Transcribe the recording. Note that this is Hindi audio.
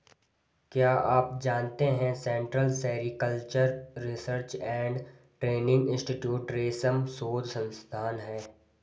क्या आप जानते है central sericultural research and training institute रेशम शोध संस्थान है?